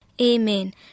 Amen